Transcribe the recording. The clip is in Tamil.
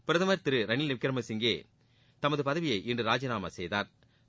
பிரதமர் திரு ரணில் விக்ரமசிங்கே தமது பதவியை இன்று ராஜிநாமா செய்தாா்